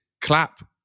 clap